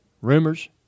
rumors